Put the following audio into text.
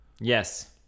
Yes